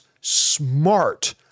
smart